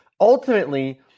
ultimately